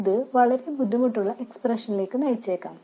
ഇത് വളരെ ബുദ്ധിമുട്ടുള്ള എക്സ്പ്രെഷനിലേക്ക് നയിച്ചേക്കാം